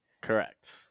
Correct